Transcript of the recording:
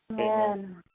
Amen